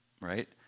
right